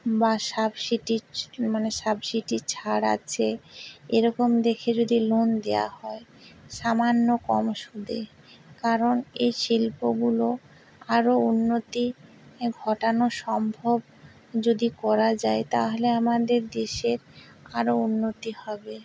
বা সাবসিডি মানে সাবসিডি ছাড়া যে এরকম দেখে যদি লোন দেওয়া হয় সামান্য কম সুদে কারণ এ শিল্পগুলো আরও উন্নতি ঘটানো সম্ভব যদি করা যায় তাহলে আমাদের দেশের আরও উন্নতি হবে